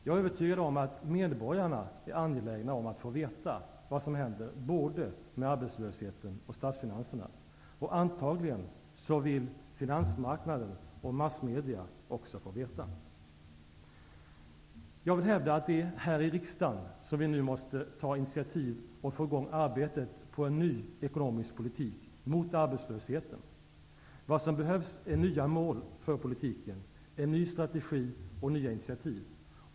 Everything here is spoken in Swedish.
Jag är övertygad om att medborgarna är angelägna att få veta vad som händer både med arbetslösheten och statsfinanserna. Antagligen vill finansmarknaden och massmedia också få veta. Jag vill hävda att det är här i riksdagen som vi nu måste ta initiativ och få i gång arbetet på en ny ekonomisk politik mot arbetslösheten. Vad som behövs är nya mål för politiken, en ny strategi och nya initiativ.